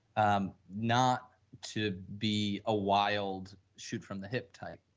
um not to be a wild shoot from the hip type.